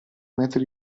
metri